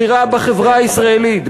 בחירה בחברה הישראלית,